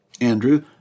Andrew